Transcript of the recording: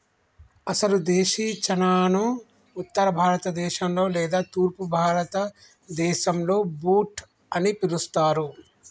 అసలు దేశీ చనాను ఉత్తర భారత దేశంలో లేదా తూర్పు భారతదేసంలో బూట్ అని పిలుస్తారు